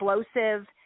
explosive